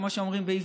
כמו שאומרים בעברית.